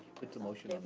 put the motion um